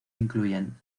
incluyen